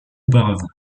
auparavant